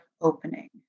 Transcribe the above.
opening